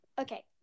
Okay